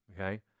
Okay